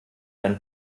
ein